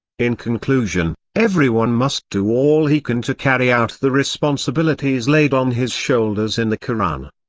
in conclusion, everyone must do all he can to carry out the responsibilities laid on his shoulders in the koran.